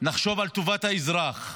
נחשוב על טובת האזרח,